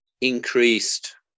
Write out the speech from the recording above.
increased